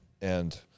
And-